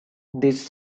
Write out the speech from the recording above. these